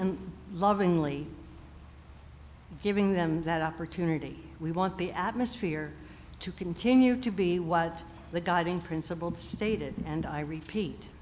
and lovingly giving them that opportunity we want the atmosphere to continue to be what the guiding principle stated and i repeat